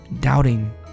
doubting